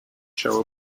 show